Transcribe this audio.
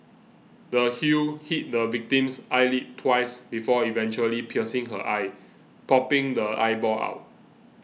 the heel hit the victim's eyelid twice before eventually piercing her eye popping the eyeball out